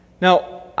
now